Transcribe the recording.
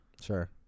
Sure